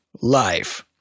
life